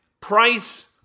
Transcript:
price